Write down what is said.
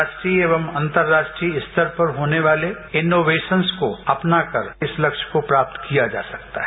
राष्ट्रीय एवं अंतर्र्यष्ट्रीय स्तर पर होने वाले इनवेशंस को अपनाकर इस लक्ष्य को प्राप्त किया जा सकता है